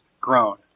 grown